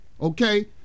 Okay